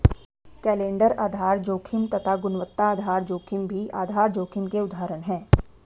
calendar आधार जोखिम तथा गुणवत्ता आधार जोखिम भी आधार जोखिम के उदाहरण है